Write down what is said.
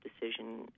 decision